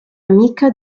amica